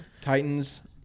Titans